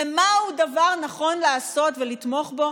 ומהו דבר נכון לעשות ולתמוך בו,